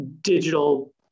digital